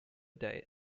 day